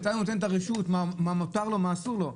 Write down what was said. אתה נותן רשות, מה מותר לו ומה אסור לו.